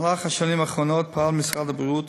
במהלך השנים האחרונות פעל משרד הבריאות